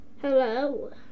hello